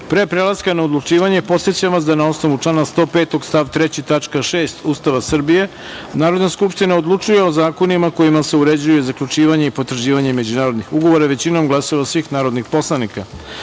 prelaska na odlučivanje, podsećam vas da, na osnovu člana 105. stav 3. tačka 6. Ustava Republike Srbije, Narodna skupština odlučuje o zakonima kojima se uređuju zaključivanje i potvrđivanje međunarodnih ugovora većinom glasova svih narodnih poslanika. Stavljam